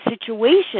situation